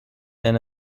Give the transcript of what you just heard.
and